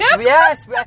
yes